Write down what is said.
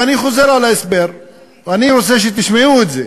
ואני חוזר על ההסבר, ואני רוצה שתשמעו את זה: